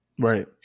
right